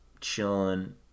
chilling